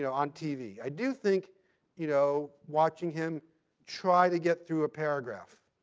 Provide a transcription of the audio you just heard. you know on tv. i do think you know watching him try to get through a paragraph,